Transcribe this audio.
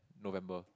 November